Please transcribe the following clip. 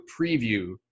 preview